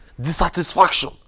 dissatisfaction